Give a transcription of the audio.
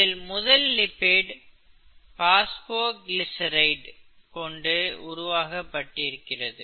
இதில் முதல் lipid phosphoglyceride கொண்டு உருவாக்கப்பட்டது